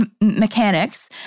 mechanics